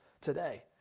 today